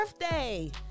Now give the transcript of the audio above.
birthday